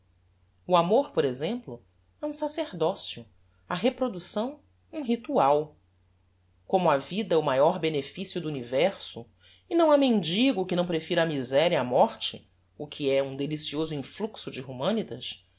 o amor por exemplo é um sacerdocio a reproducção um ritual como a vida é o maior beneficio do universo e não ha mendigo que não prefira a miseria á morte o